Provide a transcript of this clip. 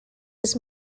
was